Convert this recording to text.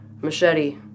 Machete